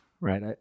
right